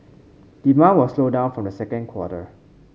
demand will slow down from the second quarter